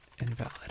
invalid